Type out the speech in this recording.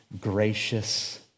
gracious